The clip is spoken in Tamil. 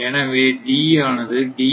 எனவே D ஆனது 0